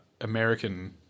American